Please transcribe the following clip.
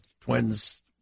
twins